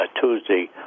Tuesday